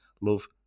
Love